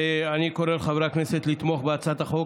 ואני קורא לחברי הכנסת לתמוך בהצעת החוק.